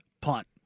punt